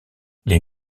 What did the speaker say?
les